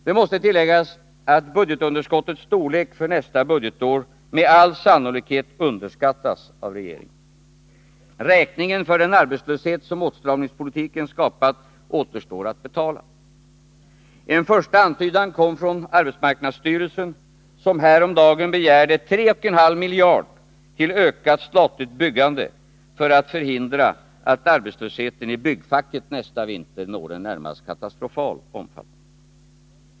Det måste tilläggas att budgetunderskottets storlek för nästa budgetår med all sannolikhet underskattas av regeringen. Räkningen för den arbetslöshet som åtstramningspolitiken har skapat återstår att betala. En första antydan härom kom från arbetsmarknadsstyrelsen, som häromdagen begärde 3,5 miljarder till ökat statligt byggande för att förhindra att arbetslösheten i byggfacket nästa vinter når en närmast katastrofal omfattning.